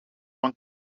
van